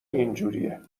اینجوریه